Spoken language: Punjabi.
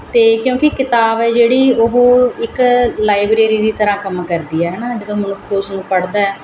ਅਤੇ ਕਿਉਂਕਿ ਕਿਤਾਬ ਹੈ ਜਿਹੜੀ ਉਹ ਇੱਕ ਲਾਈਬਰੇਰੀ ਦੀ ਤਰ੍ਹਾਂ ਕੰਮ ਕਰਦੀ ਹੈ ਹੈ ਨਾ ਜਦੋਂ ਮਨੁੱਖ ਉਸ ਨੂੰ ਪੜ੍ਹਦਾ